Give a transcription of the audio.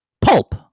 Pulp